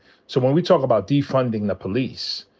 so when we talk about defunding the police,